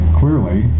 clearly